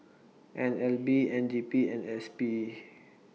N L B N D P and S P